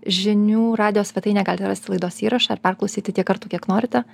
žinių radijo svetainėje galite rasti laidos įrašą ir perklausyti tiek kartų kiek norite